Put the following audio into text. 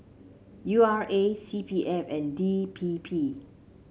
U R A C P F and D P P